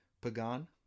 Pagan